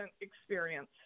experience